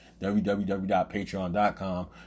www.patreon.com